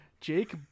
jake